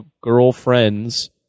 girlfriends